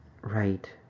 Right